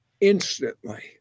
instantly